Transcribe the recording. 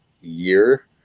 year